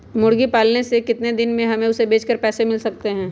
मुर्गी पालने से कितने दिन में हमें उसे बेचकर पैसे मिल सकते हैं?